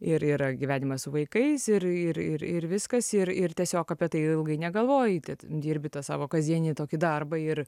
ir yra gyvenimas su vaikais ir ir ir viskas ir ir tiesiog apie tai ir ilgai negalvoji tik dirbi tą savo kasdienį tokį darbą ir